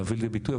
להביא לידי ביטוי,